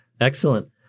Excellent